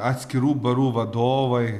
atskirų barų vadovai